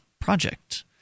project